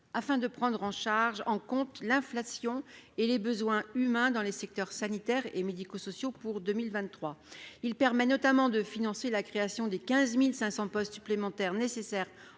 afin de prendre en charge en compte l'inflation et les besoins humains dans les secteurs sanitaire et médico-sociaux pour 2023, il permet notamment de financer la création des 15500 postes supplémentaires nécessaires